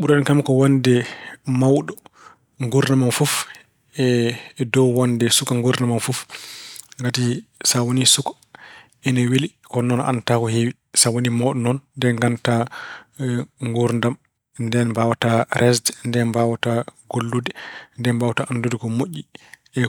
Ɓurani kam ko wonde mawɗo nguurndam am fof e dow wonde suka nguurndam am fof. Ngati so a woni suka, ina weli kono noon a anndataa ko heewi. Sa woni mawɗo noon, ko ndeen nganndata nguurndam. Ndeen mbaawata resde, ndeen mbaawata gollude, ndeen mbaawata anndude ko moƴƴi e